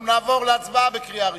אנחנו נעבור להצבעה בקריאה ראשונה.